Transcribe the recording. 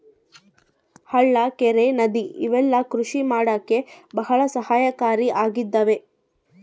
ಹಳ್ಳ ಕೆರೆ ನದಿ ಇವೆಲ್ಲ ಕೃಷಿ ಮಾಡಕ್ಕೆ ಭಾಳ ಸಹಾಯಕಾರಿ ಆಗಿದವೆ